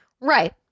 Right